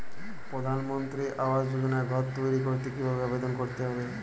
প্রধানমন্ত্রী আবাস যোজনায় ঘর তৈরি করতে কিভাবে আবেদন করতে হবে?